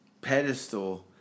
pedestal